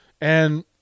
And-